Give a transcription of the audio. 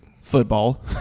football